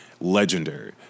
legendary